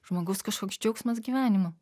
žmogaus kažkoks džiaugsmas gyvenimu